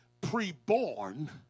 pre-born